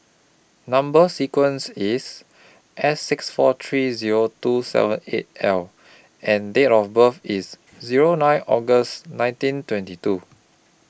Number sequence IS S six four three Zero two seven eight L and Date of birth IS Zero nine August nineteen twenty two